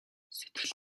сэтгэл